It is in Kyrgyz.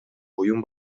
буюм